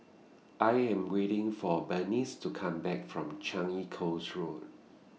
I Am waiting For Bernice to Come Back from Changi Coast Road